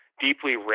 deeply